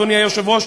אדוני היושב-ראש,